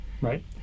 Right